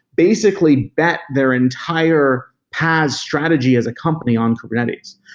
basically that their entire paas strategy as a company on kubernetes.